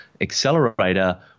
accelerator